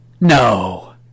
No